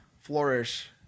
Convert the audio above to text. flourish